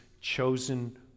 chosen